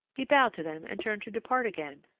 he bowed to them, and turned to depart again,